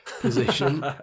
position